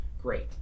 great